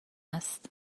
است